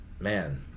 man